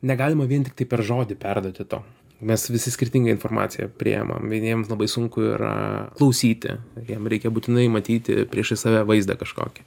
negalima vien tiktai per žodį perduoti to mes visi skirtingai informaciją priimam vieniem labai sunku yra klausyti jiem reikia būtinai matyti priešais save vaizdą kažkokį